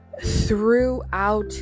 throughout